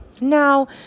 now